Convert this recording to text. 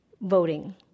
voting